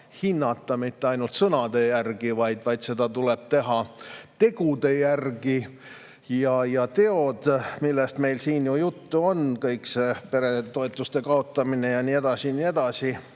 hinnata mitte ainult tema sõnade järgi, seda tuleb teha ka tema tegude järgi. Ja teod, millest meil siin juttu on – kõik see peretoetuste kaotamine ja nii edasi ja nii edasi